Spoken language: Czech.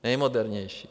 Nejmodernější.